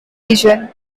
region